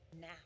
now